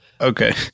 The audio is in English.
okay